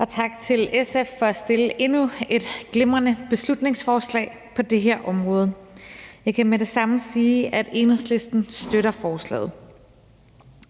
Og tak til SF for at fremsætte endnu et glimrende beslutningsforslag på det her område. Jeg kan med det samme sige, at Enhedslisten støtter forslaget.